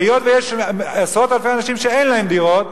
היות שיש עשרות אלפי אנשים שאין להם דירות,